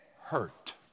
hurt